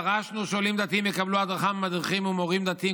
דרשנו שעולים דתיים יקבלו הדרכה ממדריכים ומורים דתיים,